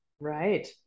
Right